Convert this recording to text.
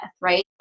right